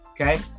Okay